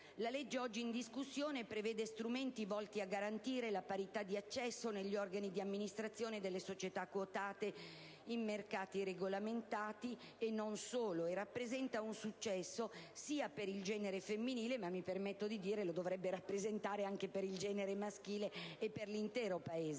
oggi in discussione prevede strumenti volti a garantire la parità di accesso negli organi di amministrazione delle società quotate in mercati regolamentati (e non solo) e rappresenta un successo per il genere femminile, ma mi permetto di sottolineare che dovrebbe rappresentarlo anche per il genere maschile e per l'intero Paese.